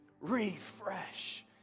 refresh